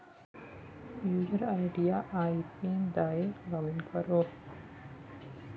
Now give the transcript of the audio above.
user ID आ I PIN दए login करु